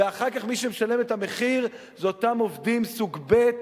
ואחר כך מי שמשלם את המחיר זה אותם עובדים סוג ב',